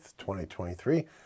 2023